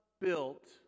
built